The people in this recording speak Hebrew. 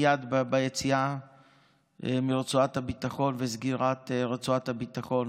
מייד מהיציאה מרצועת הביטחון וסגירת רצועת הביטחון